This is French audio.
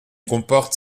comporte